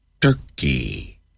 turkey